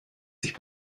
sich